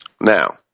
Now